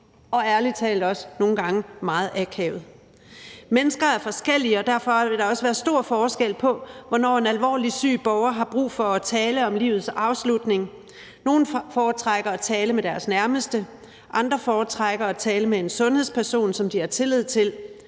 og ærlig talt også nogle gange meget akavet. Mennesker er forskellige, og derfor vil der også være stor forskel på, hvornår en alvorligt syg borger har brug for at tale om livets afslutning. Nogle foretrækker at tale med deres nærmeste, andre foretrækker at tale med en sundhedsperson, som de har tillid til,